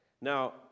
Now